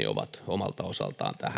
olemme omalta osaltamme